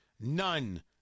none